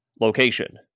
Location